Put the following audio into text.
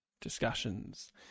discussions